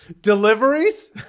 Deliveries